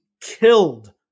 killed